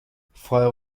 فارغ